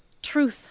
Truth